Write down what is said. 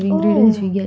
oh